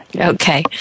Okay